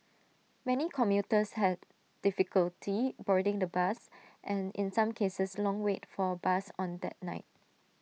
many commuters had difficulty boarding the bus and in some cases long wait for A bus on that night